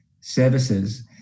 services